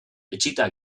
etsita